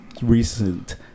recent